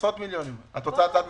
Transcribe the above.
כסף יוציאו כדי לנהל את הוויכוח הזה?